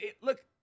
look